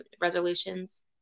resolutions